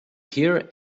here